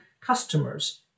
customers